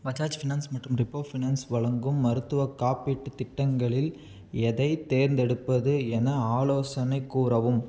Bajaj finance மற்றும் Repco finance வழங்கும் மருத்துவக் காப்பீட்டுத் திட்டங்களில் எதைத் தேர்ந்தெடுப்பது என ஆலோசனை கூறவும்